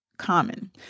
common